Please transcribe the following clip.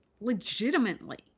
legitimately